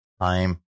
time